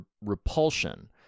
repulsion